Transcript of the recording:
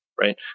right